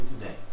today